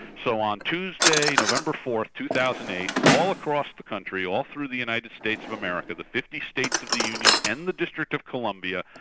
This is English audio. so on tuesday, november fourth two thousand and eight, all across the country, all through the united states of america, the fifty states of the union and the district of columbia,